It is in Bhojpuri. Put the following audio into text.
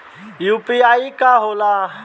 ई यू.पी.आई का होला?